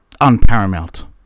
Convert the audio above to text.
unparamount